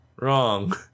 Wrong